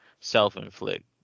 self-inflict